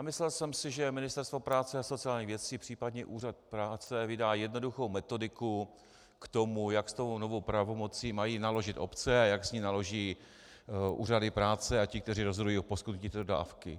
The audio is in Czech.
Myslel jsem si, že Ministerstvo práce a sociálních věcí, případně Úřad práce vydá jednoduchou metodiku k tomu, jak s tou novou pravomocí mají naložit obce a jak s ní naloží úřady práce a ti, kteří rozhodují o poskytnutí té dávky.